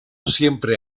siempre